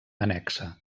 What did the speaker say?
annexa